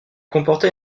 comportait